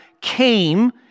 came